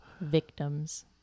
victims